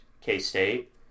K-State